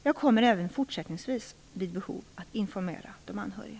Jag kommer även fortsättningsvis vid behov att informera de anhöriga.